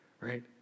right